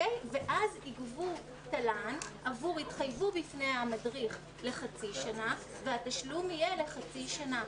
ואז יתחייבו כלפי המדריך לחצי שנה והתשלום יהיה לחצי שנה.